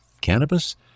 cannabis